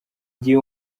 gihe